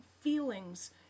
feelings